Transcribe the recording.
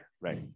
right